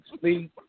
sleep